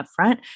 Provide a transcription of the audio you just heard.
upfront